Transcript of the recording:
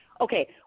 Okay